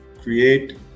create